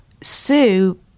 Sue